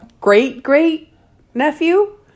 great-great-nephew